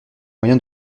moyen